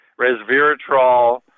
resveratrol